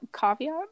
Caveat